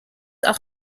auch